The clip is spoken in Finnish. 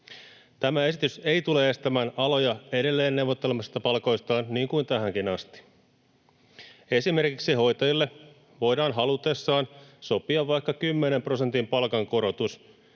Tämä esitys ei tule estämään aloja edelleen neuvottelemasta palkoistaan niin kuin tähänkin asti. Esimerkiksi hoitajille voidaan halutessaan sopia vaikka 10 prosentin palkankorotus,